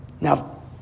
Now